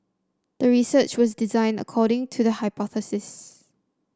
the research was designed according to the hypothesis